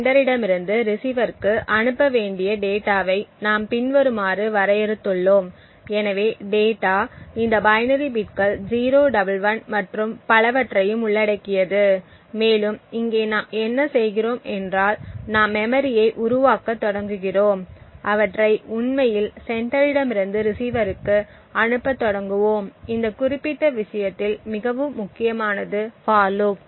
செண்டரிடமிருந்து ரிசீவர்க்கு அனுப்ப வேண்டிய டேட்டாவை நாம் பின்வருமாறு வரையறுத்துள்ளோம் எனவே டேட்டா இந்த பைனரி பிட்கள் 011 மற்றும் பலவற்றையும் உள்ளடக்கியது மேலும் இங்கே நாம் என்ன செய்கிறோம் என்றால் நாம் மெமரியை உருவாக்கத் தொடங்குகிறோம் அவற்றை உண்மையில் செண்டரிடமிருந்து ரிசீவர்க்கு அனுப்பத் தொடங்குவோம் இந்த குறிப்பிட்ட விஷயத்தில் மிகவும் முக்கியமானது ஃபார் லூப்